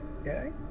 Okay